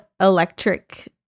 electric